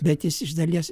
bet jis iš dalies